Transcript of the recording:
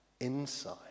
inside